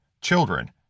Children